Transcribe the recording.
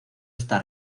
está